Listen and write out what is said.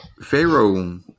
Pharaoh